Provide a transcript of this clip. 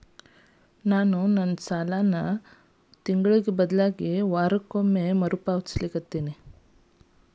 ನಾನು ನನ್ನ ಸಾಲವನ್ನು ಮಾಸಿಕ ಬದಲಿಗೆ ವಾರಕ್ಕೊಮ್ಮೆ ಮರುಪಾವತಿಸುತ್ತಿದ್ದೇನೆ